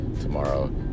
tomorrow